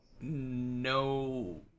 no